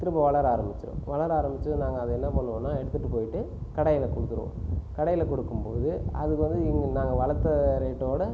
திரும்ப வளர ஆரம்பிச்சிடும் வளர ஆரம்பித்ததும் நாங்கள் என்ன பண்ணுவோனால் எடுத்துகிட்டு போயிட்டு கடையில் கொடுத்துடுவோம் கடையில் கொடுக்கும்போது அதில் இருந்து நாங்கள் வளத்த ரேட்டோடு